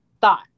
thought